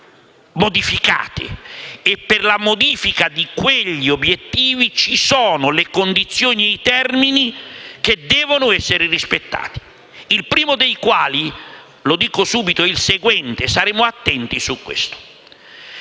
modificati. E per la modifica di quegli obiettivi ci sono le condizioni e i termini che devono essere rispettati. Il primo dei quali - lo dico subito - è il seguente e saremo attenti su di esso: